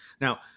Now